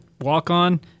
walk-on